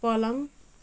पलङ